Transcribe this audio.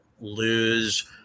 lose